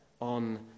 on